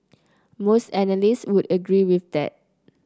most analysts would agree with that